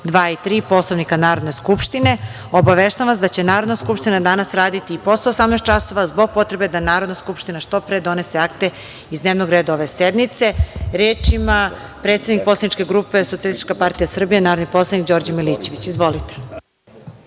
2. i 3. Poslovnika Narodne skupštine, obaveštavam vas da će Narodna skupština danas raditi i posle 18 časova zbog potrebe da Narodna skupština što pre donese akte iz dnevnog reda ove sednice. Reč ima predsednik Poslaničke grupe SPS, narodni poslanik Đorđe Milićević. Izvolite.